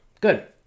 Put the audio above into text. Good